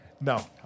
No